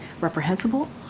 reprehensible